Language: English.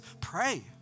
pray